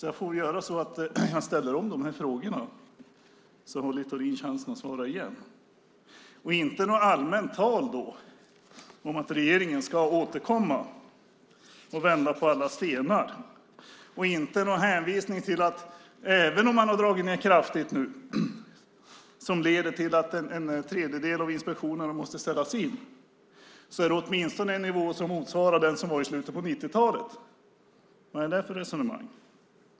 Jag får väl göra så att jag ställer om frågorna, så har Littorin chansen att svara igen, då inte med något allmänt tal om att regeringen ska återkomma och vända på alla stenar eller någon hänvisning till att även om man har dragit ned kraftigt nu - vilket leder till att en tredjedel av inspektionerna måste ställas in - är det åtminstone en nivå som motsvarar den som var i slutet av 90-talet. Vad är det för resonemang?